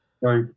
Right